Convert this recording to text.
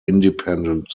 independent